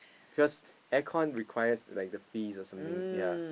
because air con requires the fees or something yea